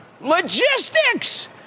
logistics